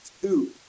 two